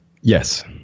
Yes